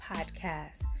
Podcast